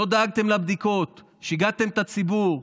לא דאגתם לבדיקות, שיגעתם את הציבור.